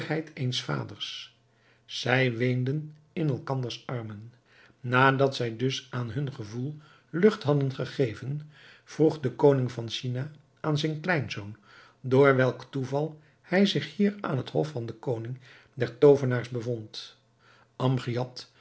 eens vaders zij weenden in elkanders armen nadat zij dus aan hun gevoel lucht hadden gegeven vroeg de koning van china aan zijn kleinzoon door welk toeval hij zich hier aan het hof van den koning der toovenaars bevond